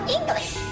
English